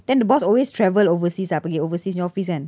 then the boss always travel overseas pergi overseas punya office kan